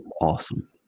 awesome